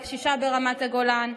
לקשישה ברמת הגולן.